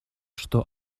что